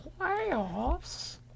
Playoffs